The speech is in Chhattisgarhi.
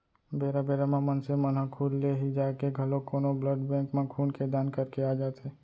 बेरा बेरा म मनसे मन ह खुद ले ही जाके घलोक कोनो ब्लड बेंक म खून के दान करके आ जाथे